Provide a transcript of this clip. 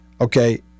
Okay